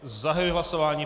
Zahajuji hlasování.